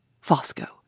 Fosco